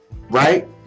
right